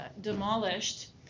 demolished